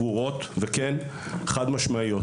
ברורות וכן חד-משמעיות.